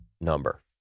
number